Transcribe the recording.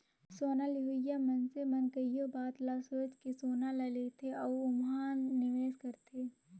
सोना लेहोइया मइनसे मन कइयो बात ल सोंएच के सोना ल लेथे अउ ओम्हां निवेस करथे